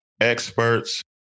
experts